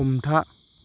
हमथा